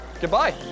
Goodbye